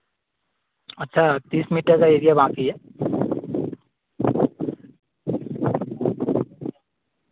अच्छा तीस मीटर का एरिया बाकी है